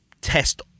test